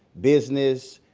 business,